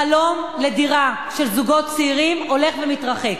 החלום לדירה של זוגות צעירים הולך ומתרחק.